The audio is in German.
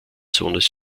sohnes